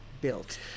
built